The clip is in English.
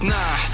Nah